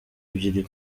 ebyiri